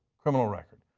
criminal record.